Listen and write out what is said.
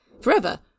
forever